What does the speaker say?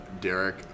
Derek